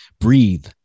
Breathe